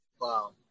Wow